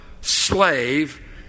slave